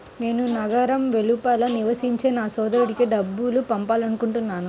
నేను నగరం వెలుపల నివసించే నా సోదరుడికి డబ్బు పంపాలనుకుంటున్నాను